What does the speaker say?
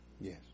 Yes